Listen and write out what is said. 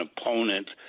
opponent